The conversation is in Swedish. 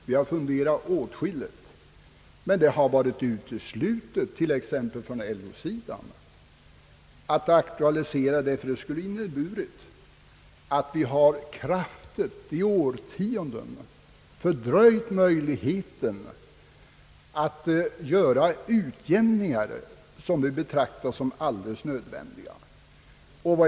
De har funderat åtskilligt, men det har varit uteslutet, t.ex. för LO sidan, att aktualisera det, ty det skulle ha inneburit att vi i årtionden hade fördröjt möjligheten att göra utjämningar som vi betraktat som alldeles nödvändiga.